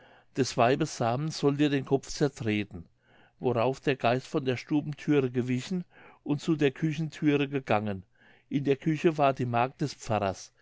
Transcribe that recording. des weibes saamen soll dir den kopf zertreten worauf der geist von der stubenthüre gewichen und zu der küchenthüre gegangen in der küche war die magd des pfarrers